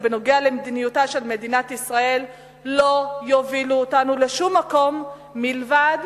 בנוגע למדיניותה של מדינת ישראל לא יובילו אותנו לשום מקום מלבד